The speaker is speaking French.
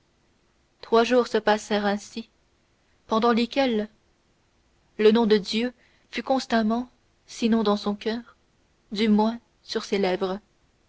trois jours se passèrent ainsi pendant lesquels le nom de dieu fut constamment sinon dans son coeur du moins sur ses lèvres